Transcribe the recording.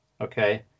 okay